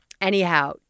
anyhow